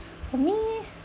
for me